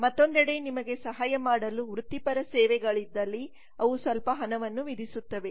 ಮತ್ತೊಂದೆಡೆ ನಿಮಗೆ ಸಹಾಯ ಮಾಡಲು ವೃತ್ತಿಪರ ಸೇವೆಗಳಿ ದ್ದಲ್ಲಿ ಅವು ಸ್ವಲ್ಪ ಹಣವನ್ನು ವಿಧಿಸುತ್ತವೆ